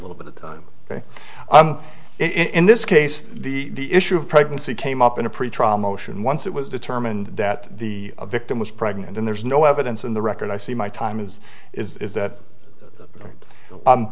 little bit of time in this case the issue of pregnancy came up in a pretrial motion once it was determined that the victim was pregnant and there's no evidence in the record i see my time is is that